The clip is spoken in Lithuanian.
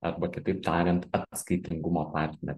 arba kitaip tariant atskaitingumo partnerį